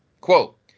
Quote